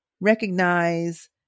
recognize